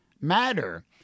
matter